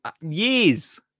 years